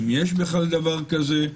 אם יש בכלל דבר כזה,